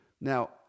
Now